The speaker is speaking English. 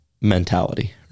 mentality